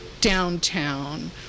downtown